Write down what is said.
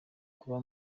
kuba